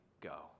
Go